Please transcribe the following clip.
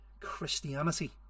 Christianity